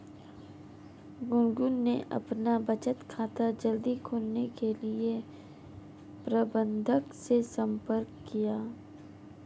गुनगुन ने अपना बचत खाता जल्दी खोलने के लिए प्रबंधक से संपर्क किया